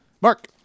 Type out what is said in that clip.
mark